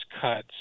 cuts